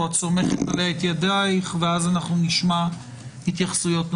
שאת סומכת עליה את ידייך ואז נשמע התייחסויות נוספות?